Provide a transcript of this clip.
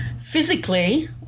physically